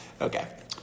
Okay